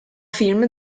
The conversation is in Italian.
film